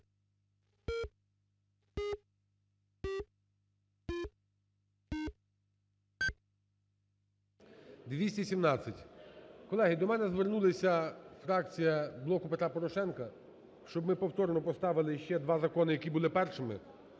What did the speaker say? За-217 Колеги, до мене звернулися фракція "Блоку Петра Порошенка", щоб ми повторно поставили два закони, які були першими